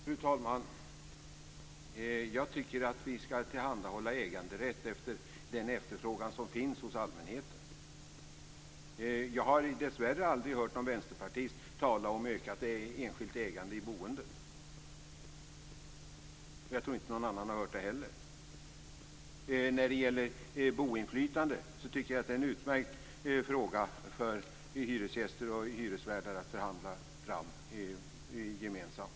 Fru talman! Jag tycker att vi skall tillhandahålla äganderätter efter den efterfrågan som finns hos allmänheten. Jag har dessvärre aldrig hört någon vänsterpartist tala om ökat enskilt ägande i boendet, och jag tror inte att någon annan har hört det heller. När det gäller boendeinflytandet tycker jag att det är en utmärkt fråga för hyresgäster och hyresvärdar att förhandla fram gemensamt.